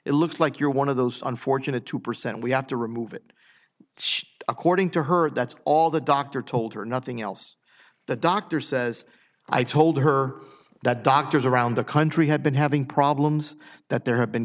it looks like you're one of those unfortunate two percent we have to remove it according to her that's all the doctor told her nothing else the doctor says i told her that doctors around the country have been having problems that there have been